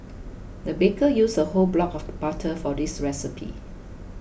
the baker used a whole block of butter for this recipe